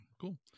cool